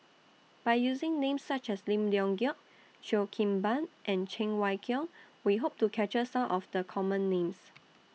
By using Names such as Lim Leong Geok Cheo Kim Ban and Cheng Wai Keung We Hope to capture Some of The Common Names